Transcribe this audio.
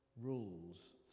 Rules